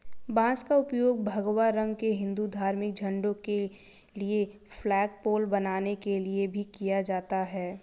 बांस का उपयोग भगवा रंग के हिंदू धार्मिक झंडों के लिए फ्लैगपोल बनाने के लिए भी किया जाता है